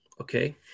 okay